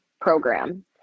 program